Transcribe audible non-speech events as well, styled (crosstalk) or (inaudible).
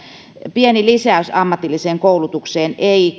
pieni lisäys ammatilliseen koulutukseen ei (unintelligible)